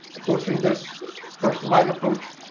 approaching this personalized approach.